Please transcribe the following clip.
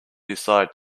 decide